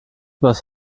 was